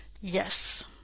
Yes